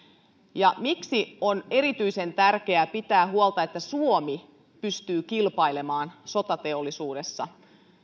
ja miksi on erityisen tärkeä pitää huolta että suomi pystyy kilpailemaan sotateollisuudessa